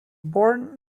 born